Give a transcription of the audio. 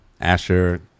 Asher